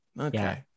okay